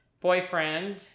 boyfriend